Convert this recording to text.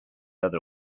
other